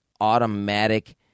automatic